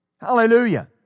Hallelujah